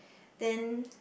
then